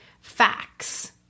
facts